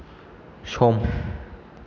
सम